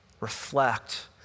Reflect